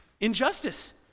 Injustice